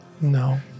No